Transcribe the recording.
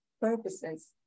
purposes